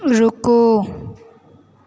रूको